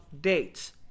dates